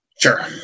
Sure